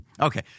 Okay